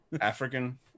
African